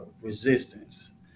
resistance